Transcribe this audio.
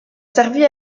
servis